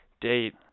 date